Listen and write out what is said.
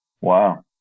Wow